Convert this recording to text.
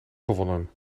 gewonnen